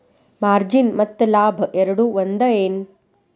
margin ಮತ್ತ ಲಾಭ ಎರಡೂ ಒಂದ ಏನ್